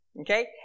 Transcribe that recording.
Okay